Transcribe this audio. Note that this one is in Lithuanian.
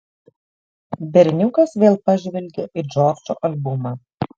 berniukas vėl pažvelgė į džordžo albumą